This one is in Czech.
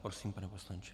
Prosím, pane poslanče.